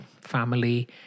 family